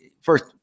first